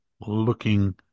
looking